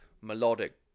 melodic